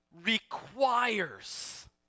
requires